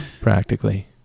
practically